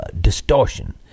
distortion